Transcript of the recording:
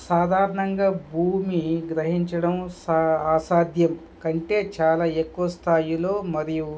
సాధారణంగా భూమి గ్రహించడం సా ఆసాధ్యం కంటే చాలా ఎక్కువ స్థాయిలో మరియు